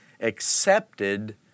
accepted